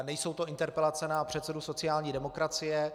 Nejsou to interpelace na předsedu sociální demokracie.